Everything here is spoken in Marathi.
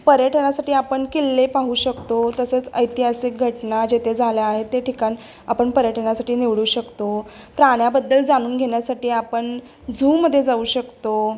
पर्यटनासाठी आपण किल्ले पाहू शकतो तसेच ऐतिहासिक घटना जेथे झाल्या आहेत ते ठिकाण आपण पर्यटनासाठी निवडू शकतो प्राण्याबद्दल जाणून घेण्यासाठी आपण झूमध्ये जाऊ शकतो